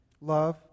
love